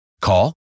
Call